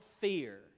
fear